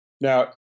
Now